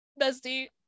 Bestie